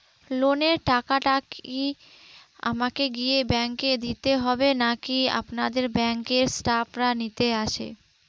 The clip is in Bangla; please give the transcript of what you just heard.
লোনের টাকাটি কি আমাকে গিয়ে ব্যাংক এ দিতে হবে নাকি আপনাদের ব্যাংক এর স্টাফরা নিতে আসে?